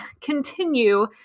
continue